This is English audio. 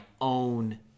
own